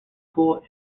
school